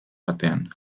batean